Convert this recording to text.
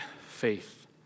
faith